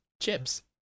Chips